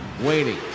waiting